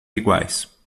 iguais